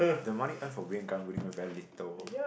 the money earn from being a karang guni man very little